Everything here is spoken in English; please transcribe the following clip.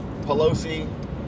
Pelosi